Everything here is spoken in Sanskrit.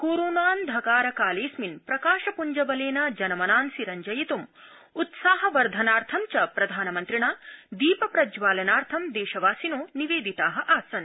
कोरोनांधकार कालेऽस्मिन् प्रकाशप्ञ्जबलेन जनमनांसि रञ्जयित्ं उत्साहवर्धनार्थ च प्रधानमन्त्रिणा दीप प्रज्वालनार्थ देशवासिनो निवेदिता आसन्